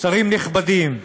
שרים נכבדים,